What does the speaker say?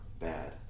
bad